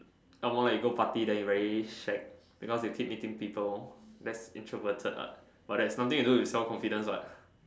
some more like you go party then you very shag because you keep meeting people that's introverted what but that's nothing to do with self confidence what